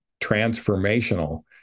transformational